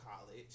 college